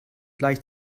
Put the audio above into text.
leicht